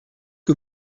que